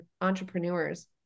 entrepreneurs